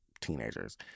teenagers